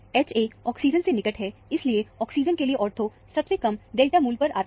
Ha oxygen से निकट है इसीलिए ऑक्सीजन के लिए आर्थो सबसे कम डेल्टा मूल्य पर आता है